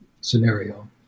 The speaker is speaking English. scenario